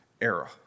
era